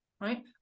right